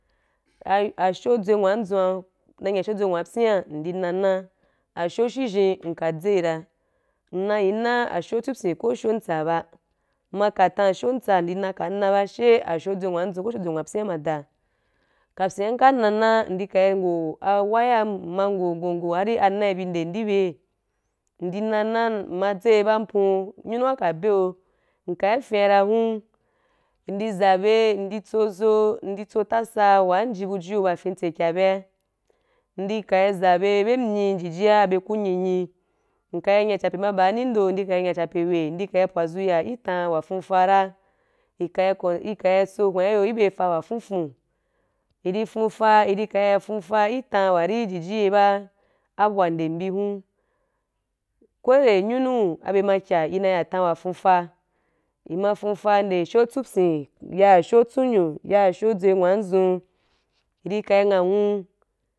Ah ai a sho dzunwadzun na nya asho dzunwaabyan ndi nana asho shizhen nka tzai ra nna yi na asho tsupyi ko asho antsaa ba mma i ka tan asho amtsaa ndi ka í ngo a wayan mma kai ngo ngo hari ana i ka í bi nde í byei ndi nana mna tzai ba ampu anyunu wa beu nka i fyan ra hun ndi zabe ndi tso zo ndi tso tasa wa nji buju i yo ba fen tse kya bea ndi ka i za bye bye miyii jijia a bye ka nyunyi nka ī nya chepe ma i bani í ndo ndi ka nya cheepe i we ndi ka pwazu ya i tan wa fuuta ra i ka i ka i sohwan i yo i be a fa wa fuufu i ri fuufa i di ka ya fuufa i tan wa ri i jiji ye ba abu wa nde bi bun ko we nde bi hun ko we nde nyunu abye ma i kyaa i na ya tan wa fuufa i ma fuufa ma nde asho atsupyin ya asho atsunyo ya asho dzunwanzun i di ka í nghanwu.